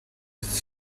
its